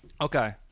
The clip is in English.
Okay